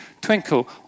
Twinkle